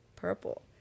purple